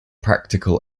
practical